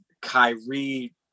Kyrie